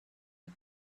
the